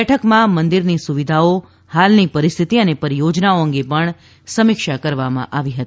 બેઠકમાં મંદિરની સુવિધાઓ હાલની પરિસ્થિતિ અને પરિયોજનાઓ અંગે પણ સમીક્ષા કરવામાં આવી હતી